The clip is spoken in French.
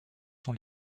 sont